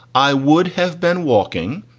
i would have been walking,